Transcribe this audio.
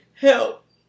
help